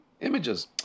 images